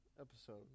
episode